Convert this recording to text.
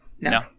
No